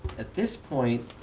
at this point,